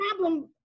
problem